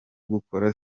gukora